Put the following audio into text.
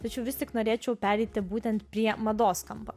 tačiau vis tik norėčiau pereiti būtent prie mados kampo